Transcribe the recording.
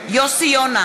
יוסי יונה,